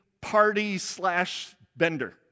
party-slash-bender